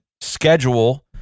schedule